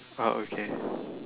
ah okay